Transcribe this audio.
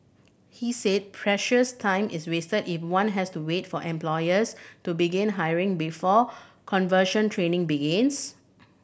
he said precious time is wasted if one has to wait for employers to begin hiring before conversion training begins